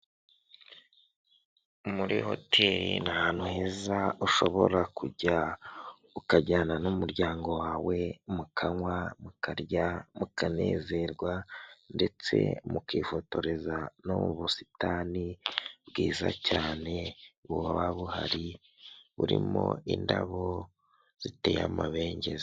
Muri hoteli ni ahantu heza ushobora kujya ukajyana n'umuryango wawe, mukanywa, mukarya,; mukanezerwa ndetse mukifotoreza no mu busitani bwiza cyane buba buhari, burimo indabo ziteye amabengeza.